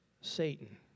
Satan